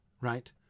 right